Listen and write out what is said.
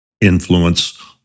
influence